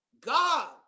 God